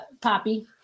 Poppy